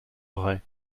vraie